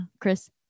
Chris